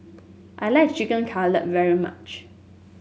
I like Chicken Cutlet very much